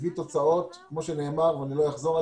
כמו שנאמר ואני לא אחזור,